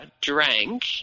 drank